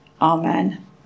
Amen